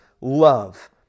love